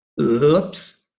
Oops